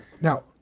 Now